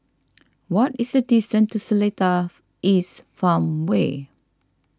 what is the distance to Seletar East Farmway